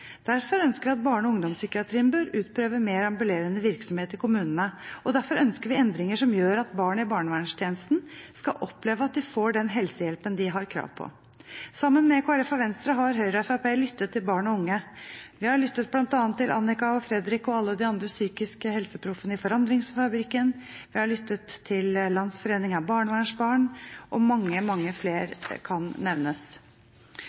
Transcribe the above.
derfor ønsker vi at barne- og ungdomspsykiatrien bør utprøve mer ambulerende virksomhet i kommunene, og derfor ønsker vi endringer som gjør at barn i barnevernstjenesten skal oppleve at de får den helsehjelpen de har krav på. Sammen med Kristelig Folkeparti og Venstre har Høyre og Fremskrittspartiet lyttet til barn og unge. Vi har lyttet til bl.a. Anika og Fredrik og alle de andre PsykiskhelseProffene i Forandringsfabrikken, vi har lyttet til Landsforeningen for barnevernsbarn, og mange, mange flere kan nevnes.